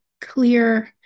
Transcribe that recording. clear